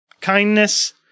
kindness